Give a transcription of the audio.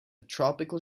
tropical